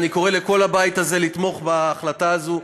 אני קורא לכל הבית הזה לתמוך בהחלטה הזאת.